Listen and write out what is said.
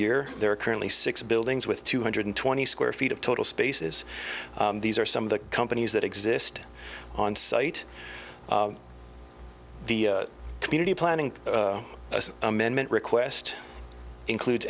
year there are currently six buildings with two hundred twenty square feet of total spaces these are some of the companies that exist on site the community planning amendment request includes